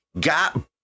got